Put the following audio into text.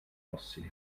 fossili